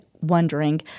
wondering